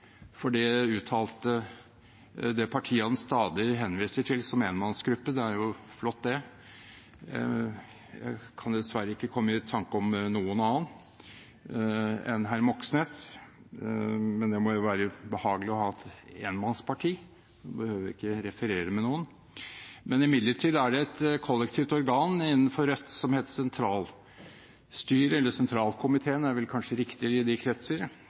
for det uttalte det partiet han stadig henviser til som enmannsgruppe. Det er jo flott, det, jeg kan dessverre ikke komme i tanker om noen annen enn herr Moxnes, men det må jo være behagelig å ha et enmannsparti – han behøver ikke konferere med noen. Imidlertid er det et kollektivt organ innenfor Rødt som heter sentralstyret – eller sentralkomiteen er vel kanskje riktigere i de kretser